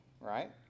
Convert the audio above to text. right